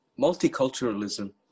multiculturalism